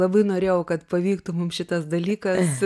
labai norėjau kad pavyktų mums šitas dalykas